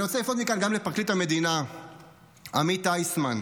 אני רוצה לפנות מכאן גם לפרקליט המדינה עמית איסמן.